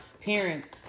parents